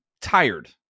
tired